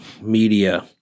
media—